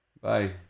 bye